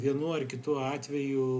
vienu ar kitu atveju